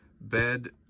bed